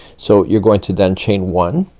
so you're going to then chain one,